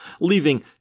leaving